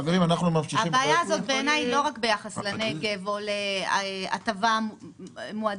הבעיה הזאת היא לא רק ביחס לנגב או להטבה מועדפת,